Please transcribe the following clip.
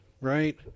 right